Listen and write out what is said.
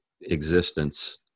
existence